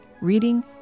reading